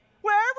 Wherever